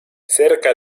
cerca